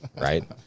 right